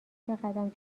بقدم